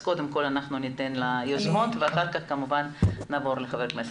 אז קודם כל ניתן ליוזמות ואחר כך כמובן נעבור לחברי הכנסת.